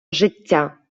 життя